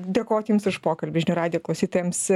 dėkot jums už pokalbį žinių radijo klausytojams